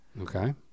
Okay